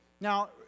Now